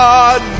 God